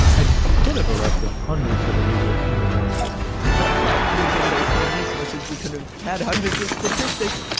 and you could have arrested hundreds of illegal immigrants instead. right. using those same resources, we could have had hundreds of statistics,